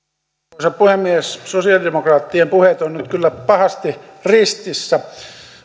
arvoisa puhemies sosialidemokraattien puheet ovat nyt kyllä pahasti ristissä